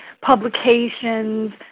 publications